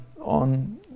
on